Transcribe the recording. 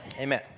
amen